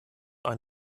ein